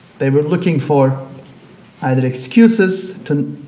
they were looking for either excuses to